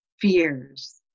fears